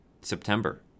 September